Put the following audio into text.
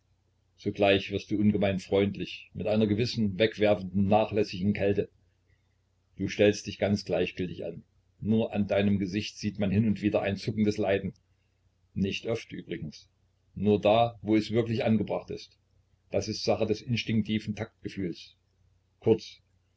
sogleich wirst du ungemein freundlich mit einer gewissen wegwerfenden nachlässigen kälte du stellst dich ganz gleichgültig an nur an deinem gesichte sieht man hin und wieder ein zuckendes leiden nicht oft übrigens nur da wo es wirklich angebracht ist das ist sache des instinktiven taktgefühls kurz